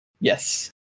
Yes